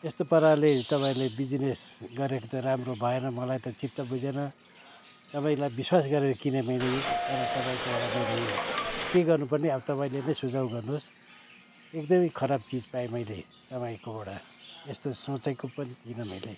यस्तो पाराले तपाईँले बिजिनेस गरेको त राम्रो भएन मलाई त चित्त बुझेन तपाईँलाई बिश्वास गरेर किनेँ मैले तर तपाईँकोबाट मैले यो के गर्नुपर्ने अब तपाईँले नै सुझाव गर्नुहोस् एकदमै खराब चिज पाएँ मैले तपाईँकोबाट यस्तो सोचेको पनि थिइनँ मैले